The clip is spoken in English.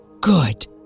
Good